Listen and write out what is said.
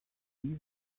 die